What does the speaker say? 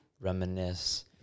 reminisce